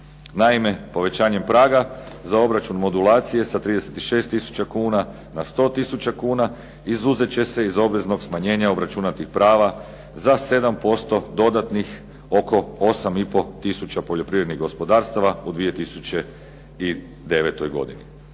Naime, povećanjem praga za obračun modulacije sa 36 tisuća kuna na 100 tisuća kuna, izuzet će se iz obveznog smanjenja obračunatih prava za 7% dodatnih oko 8 i pol tisuća poljoprivrednih gospodarstava u 2009. godini.